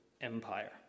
empire